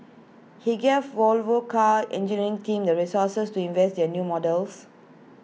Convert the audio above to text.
he gave Volvo car's engineering team the resources to invest in new models